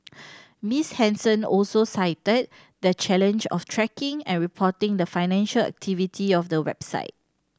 Miss Henson also cited the challenge of tracking and reporting the financial activity of the website